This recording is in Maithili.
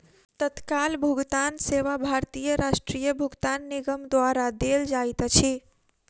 तत्काल भुगतान सेवा भारतीय राष्ट्रीय भुगतान निगम द्वारा देल जाइत अछि